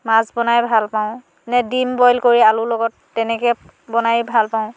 মাছ বনাই ভাল পাওঁ নে ডিম বইল কৰি আলুৰ লগত তেনেকৈ বনাই ভাল পাওঁ